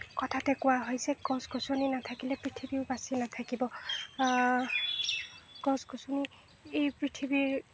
কথাতে কোৱা হয় যে গছ গছনি নাথাকিলে পৃথিৱীও বাচি নাথাকিব গছ গছনি এই পৃথিৱীৰ